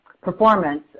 performance